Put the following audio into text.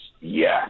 yes